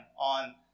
on